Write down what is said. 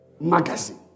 magazine